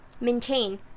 maintain